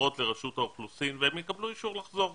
לרשות האוכלוסין והם יקבלו אישור לחזור.